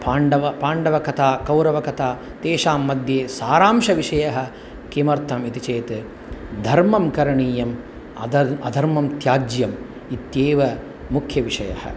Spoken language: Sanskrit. पाण्डव पाण्डवकथा कौरवकथा तेषां मध्ये सारांशविषयः किमर्थम् इति चेत् धर्मं करणीयम् अदर् अधर्मं त्याज्यम् इत्येव मुख्यविषयः